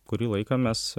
kurį laiką mes